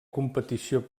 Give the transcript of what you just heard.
competició